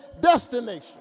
destination